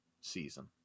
season